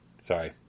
Sorry